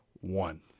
one